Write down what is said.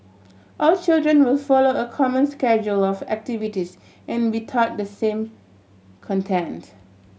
all children will follow a common schedule of activities and be taught the same content